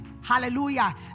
Hallelujah